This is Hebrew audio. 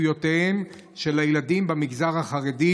זכויותיהם של הילדים במגזר החרדי,